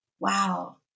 wow